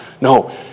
No